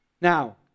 Now